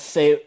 Say